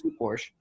Porsche